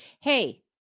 Hey